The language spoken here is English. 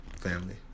family